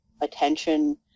attention